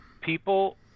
People